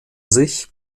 sich